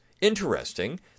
interesting